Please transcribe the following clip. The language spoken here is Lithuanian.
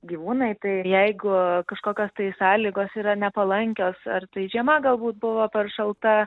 gyvūnai tai jeigu kažkokios tai sąlygos yra nepalankios ar tai žiema galbūt buvo per šalta